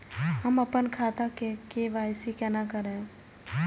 हम अपन खाता के के.वाई.सी केना करब?